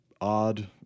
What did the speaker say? odd